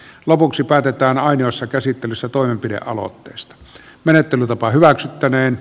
lopuksi päätetään ainoassa käsittelyssä toimenpidealoitteesta menettelytapa hyväksyttäneen